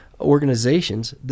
organizations